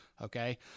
Okay